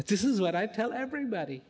this is what i tell everybody